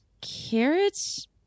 Carrots